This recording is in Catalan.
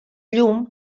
llum